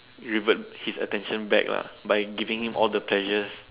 revert his attention back lah by giving him all the pleasures